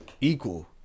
equal